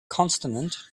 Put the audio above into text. consonant